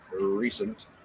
recent